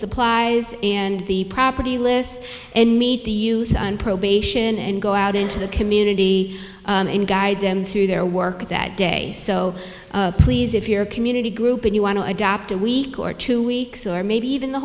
supplies and the property lists and meet the probation and go out into the community and guide them through their work that day so please if you're a community group and you want to adopt a week or two weeks or maybe even the